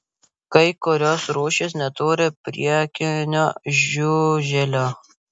kai kurios rūšys neturi priekinio žiuželio